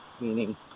Meaning